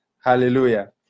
hallelujah